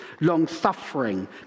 long-suffering